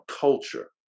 culture